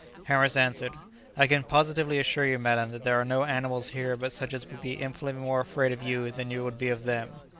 harris answered i can positively assure you, madam, that there are no animals here but such as would be infinitely more afraid of you than you would be of them.